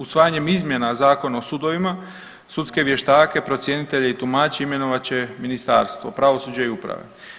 Usvajanjem izmjena Zakona o sudovima, sudske vještake, procjenitelje i tumače imenovat će Ministarstvo pravosuđa i uprave.